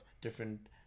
different